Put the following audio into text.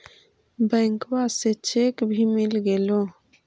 बैंकवा से चेक भी मिलगेलो?